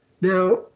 Now